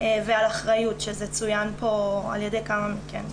ועל אחריות, שצוין פה על ידי כמה מהדוברים.